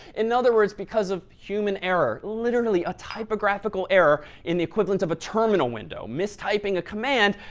in other words because of human error. literally a typographical error in the equivalent of a terminal window. mistyping a command,